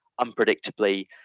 unpredictably